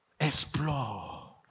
Explore